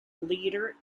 leader